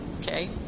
Okay